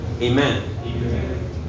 Amen